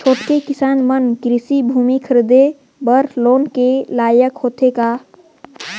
छोटके किसान मन कृषि भूमि खरीदे बर लोन के लायक होथे का?